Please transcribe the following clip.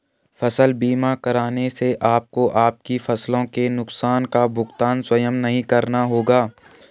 फसल बीमा कराने से आपको आपकी फसलों के नुकसान का भुगतान स्वयं नहीं करना होगा